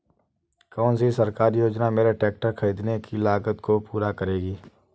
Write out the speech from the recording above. कौन सी सरकारी योजना मेरे ट्रैक्टर ख़रीदने की लागत को पूरा करेगी?